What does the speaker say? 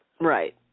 right